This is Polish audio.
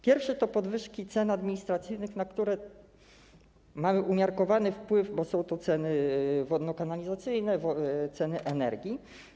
Pierwszy to podwyżki cen administracyjnych, na które mamy umiarkowany wpływ, bo są to ceny za usługi wodno-kanalizacyjne i ceny energii.